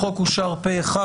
החוק אושר פה אחד.